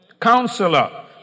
Counselor